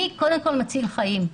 הוא קודם כול מציל חיים.